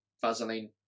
Vaseline